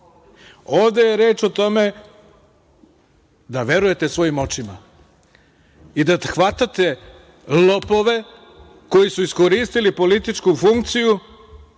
je reč o tome da verujete svojim očima i da hvatate lopove koji su iskoristili političku funkciju